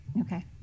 Okay